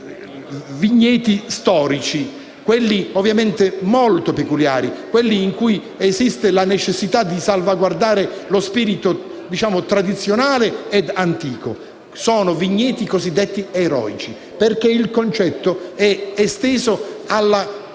vigneti storici, quelli molto peculiari e in cui esiste la necessità di salvaguardare lo spirito tradizionale e antico. Sono vigneti cosiddetti eroici, perché il concetto è esteso alla qualità